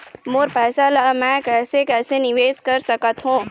मोर पैसा ला मैं कैसे कैसे निवेश कर सकत हो?